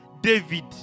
David